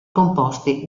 composti